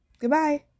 goodbye